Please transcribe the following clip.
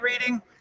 reading